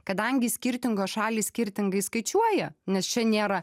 kadangi skirtingos šalys skirtingai skaičiuoja nes čia nėra